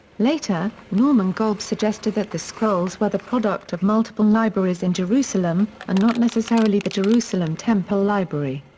later, norman golb suggested that the scrolls were the product of multiple libraries in jerusalem, and not necessarily the jerusalem temple library.